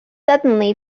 suddenly